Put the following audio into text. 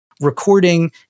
recording